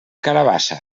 carabassa